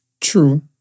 True